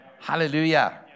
Hallelujah